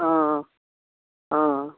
ఆ ఆ